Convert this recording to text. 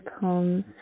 poems